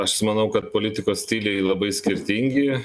aš manau kad politikos stiliai labai skirtingi